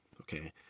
Okay